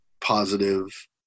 positive